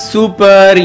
Super